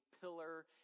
pillar